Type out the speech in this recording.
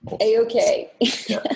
A-OK